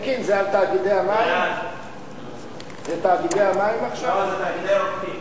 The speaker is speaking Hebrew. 20) (הגנה על מידע סודי שנמסר אגב רישום תכשיר רפואי),